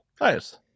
Nice